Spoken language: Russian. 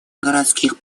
городских